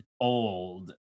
old